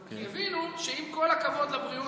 כי הבינו שעם כל הכבוד לבריאות,